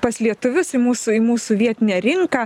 pas lietuvius į mūsų į mūsų vietinę rinką